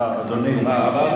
זה, א.